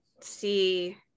see